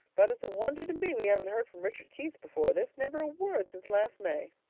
but it's a wonder to me we haven't heard from richard keith before this. never a word since last may.